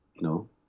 No